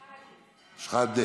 שחאדֶה.